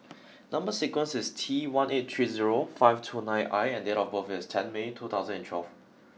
number sequence is T one eight three zero five two nine I and date of birth is ten May two thousand and twelve